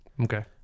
Okay